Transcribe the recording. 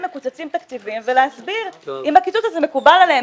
מקוצצים תקציבים ולהסביר אם הקיצוץ הזה מקובל עליהם,